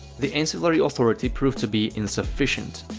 the ancillary authority proved to be insufficient.